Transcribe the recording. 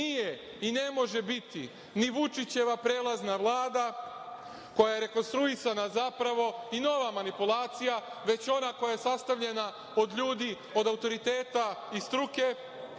nije i ne može biti ni Vučićeva prelazna Vlada, koja je rekonstruisana zapravo i nova manipulacija, već ona koja je sastavljena od ljudi od autoriteta i struke.